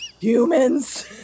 humans